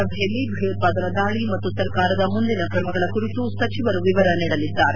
ಸಭೆಯಲ್ಲಿ ಭಯೋತ್ಪಾದನಾ ದಾಳಿ ಮತ್ತು ಸರ್ಕಾರದ ಮುಂದಿನ ತ್ರಮಗಳ ಕುರಿತು ಸಚಿವರು ವಿವರ ನೀಡಲಿದ್ದಾರೆ